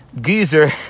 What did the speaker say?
geezer